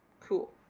Cool